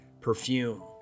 perfume